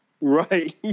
Right